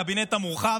הקבינט המורחב,